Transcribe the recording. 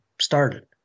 started